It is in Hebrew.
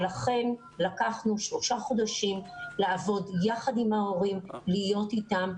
לכן לקחנו שלושה חודשים על מנת לעבוד יחד עם ההורים ולהיות איתם.